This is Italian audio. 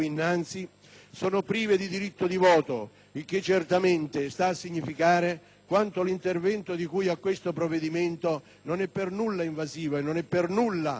sono prive del diritto di voto, il che certamente sta a significare quanto l'intervento di questo provvedimento non sia per nulla invasivo e per nulla